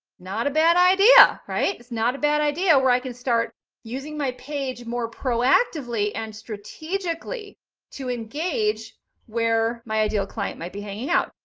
not a bad idea, right? it's not a bad idea where i can start using my page more proactively and strategically to engage where my ideal client might be hanging out.